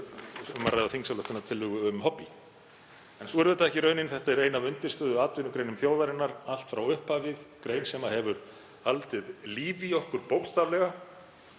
um að ræða þingsályktunartillögu um hobbí. En sú er auðvitað ekki raunin. Þetta er ein af undirstöðuatvinnugreinum þjóðarinnar allt frá upphafi, grein sem hefur haldið lífi í okkur bókstaflega